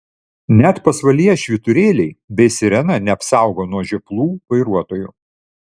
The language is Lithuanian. net pasvalyje švyturėliai bei sirena neapsaugo nuo žioplų vairuotojų